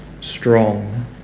strong